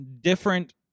different